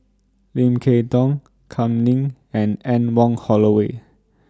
Lim Kay Tong Kam Ning and Anne Wong Holloway